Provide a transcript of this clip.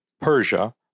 Persia